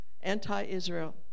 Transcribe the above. Anti-Israel